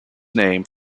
name